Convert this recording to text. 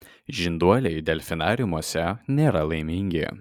žinduoliai delfinariumuose nėra laimingi